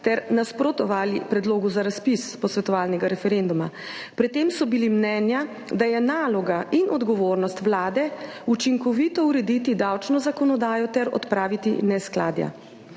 ter nasprotovali predlogu za razpis posvetovalnega referenduma. Pri tem so bili mnenja, da je naloga in odgovornost Vlade učinkovito urediti davčno zakonodajo ter odpraviti neskladja.